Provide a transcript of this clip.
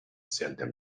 seldom